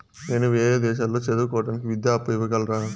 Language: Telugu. నేను వేరే దేశాల్లో చదువు కోవడానికి విద్యా అప్పు ఇవ్వగలరా?